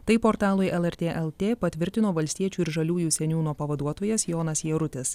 tai portalui lrt lt patvirtino valstiečių ir žaliųjų seniūno pavaduotojas jonas jarutis